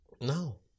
No